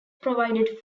provided